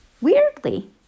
weirdly